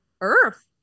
earth